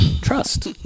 trust